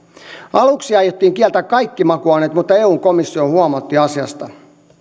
aluksi aiottiin kieltää kaikki makuaineet mutta eun komissio huomautti asiasta